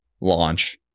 launch